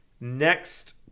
Next